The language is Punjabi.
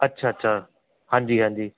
ਅੱਛਾ ਅੱਛਾ ਹਾਂਜੀ ਹਾਂਜੀ